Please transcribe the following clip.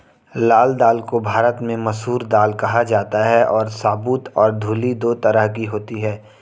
लाल दाल को भारत में मसूर दाल कहा जाता है और साबूत और धुली दो तरह की होती है